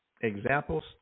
examples